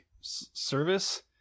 service